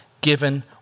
given